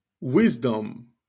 wisdom